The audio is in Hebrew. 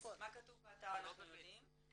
מה כתוב באתר אנחנו יודעים,